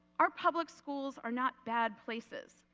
our public schools are not bad places.